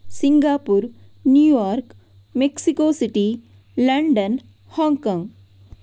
Singapore New York Mexico City London Hong Kong